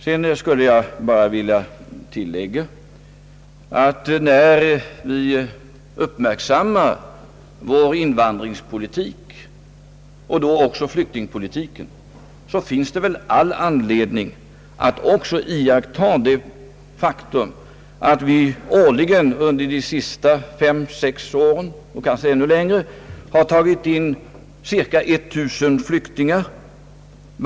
Sedan vill jag bara tillägga att när vi uppmärksammat vår invandringspolitik och då även flyktingpolitiken, finns det väl all anledning att också konstatera att vi årligen under de senaste fem—sex åren, och kanske ännu längre tillbaka, tagit in cirka 1000 flyktingar.